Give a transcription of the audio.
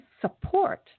support